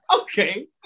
okay